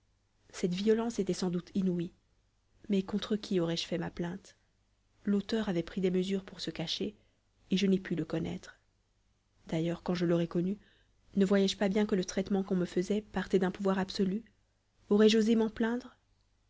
cette violence était sans doute inouïe mais contre qui aurais-je fait ma plainte l'auteur avait pris des mesures pour se cacher et je n'ai pu le connaître d'ailleurs quand je l'aurais connu ne voyais je pas bien que le traitement qu'on me faisait partait d'un pouvoir absolu aurais-je osé m'en plaindre